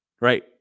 right